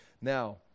Now